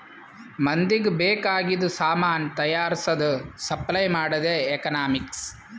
ಮಂದಿಗ್ ಬೇಕ್ ಆಗಿದು ಸಾಮಾನ್ ತೈಯಾರ್ಸದ್, ಸಪ್ಲೈ ಮಾಡದೆ ಎಕನಾಮಿಕ್ಸ್